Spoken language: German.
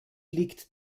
liegt